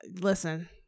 listen